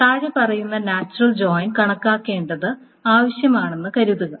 താഴെ പറയുന്ന natural join കണക്കാക്കേണ്ടത് ആവശ്യമാണെന്ന് കരുതുക